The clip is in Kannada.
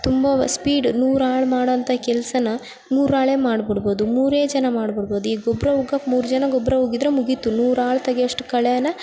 ತುಂಬ ಸ್ಪೀಡ್ ನೂರಾಳು ಮಾಡೋಂಥ ಕೆಲಸನ್ನ ಮೂರಾಳೆ ಮಾಡಿಬಿಡ್ಬೋದು ಮೂರೇ ಜನ ಮಾಡಿಬಿಡ್ಬೋದು ಈ ಗೊಬ್ಬರ ಉಗ್ಗೋಕ್ಕೆ ಮೂರು ಜನ ಗೊಬ್ಬರ ಉಗ್ಗಿದ್ರೆ ಮುಗೀತು ನೂರಾಳು ತೆಗೆಯೋಷ್ಟು ಕಳೆನ್ನ